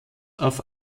auf